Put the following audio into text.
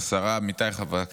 השרה, עמיתיי חברי הכנסת,